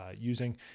using